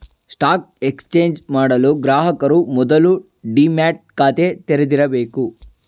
stock exchange ಮಾಡಲು ಗ್ರಾಹಕರು ಮೊದಲು ಡಿಮ್ಯಾಟ್ ಖಾತೆ ತೆಗಿದಿರಬೇಕು